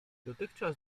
dotychczas